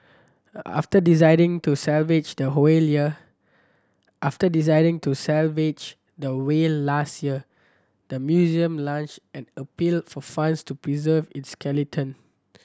after deciding to salvage the after deciding to salvage the whale last year the museum launch an appeal for funds to preserve its skeleton